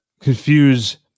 confuse